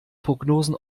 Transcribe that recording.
prognosen